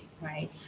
right